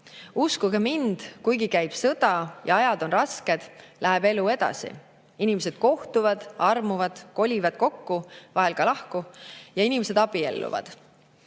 Uskuge mind, kuigi käib sõda ja ajad on rasked, läheb elu edasi. Inimesed kohtuvad, armuvad, kolivad kokku, vahel ka lahku, ja inimesed abielluvad.